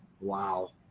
Wow